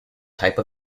type